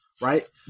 right